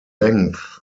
length